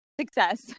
success